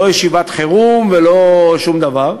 לא ישיבת חירום ולא שום דבר.